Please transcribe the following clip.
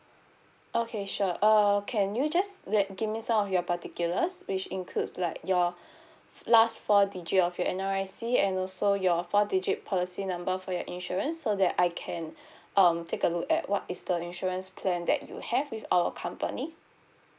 okay sure err can you just let give me some of your particulars which includes like your last four digit of your N_R_I_C and also your four digit policy number for your insurance so that I can um take a look at what is the insurance plan that you have with our company